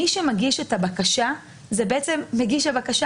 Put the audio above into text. מי שמגיש את הבקשה זה מגיש הבקשה.